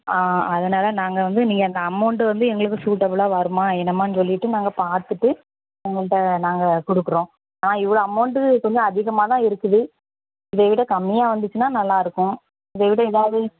ஆ அதனால நாங்கள் வந்து நீங்கள் அந்த அமௌண்ட்டு வந்து எங்களுக்கு ஷூட்டபுள்லாக வருமா என்னம்மான்னு சொல்லிவிட்டு நாங்கள் பார்த்துட்டு உங்கள்கிட்ட நாங்கள் கொடுக்குறோம் ஆனால் இவ்வளோ அமௌண்ட்டு கொஞ்சம் அதிகமாகதான் இருக்குது இதை விட கம்மியாக வந்துச்சுன்னா நல்லாருக்கும் இதை விட எதாவது